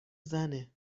زنه